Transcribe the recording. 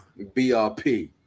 BRP